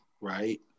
right